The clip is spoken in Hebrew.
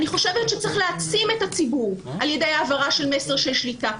אני חושבת שצריך להעצים את הציבור על ידי העברה של מסר של שליטה.